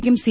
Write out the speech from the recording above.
ക്കും സി